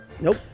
Nope